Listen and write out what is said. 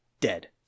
Dead